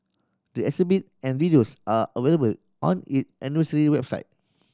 the exhibit and videos are available on it anniversary website